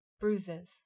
Bruises